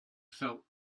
felt